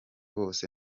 bose